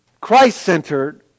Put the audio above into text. Christ-centered